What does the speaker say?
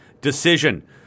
decision